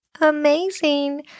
amazing